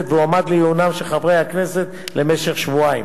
והועמד לעיונם של חברי הכנסת למשך שבועיים.